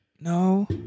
No